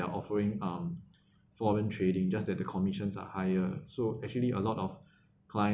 they offering um foreign trading just that the commissions are higher so actually a lot of clients